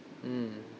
mm